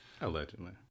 Allegedly